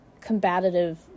combative